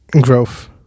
Growth